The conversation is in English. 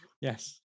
yes